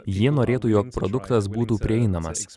jie norėtų jog produktas būtų prieinamas